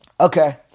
Okay